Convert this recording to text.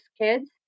kids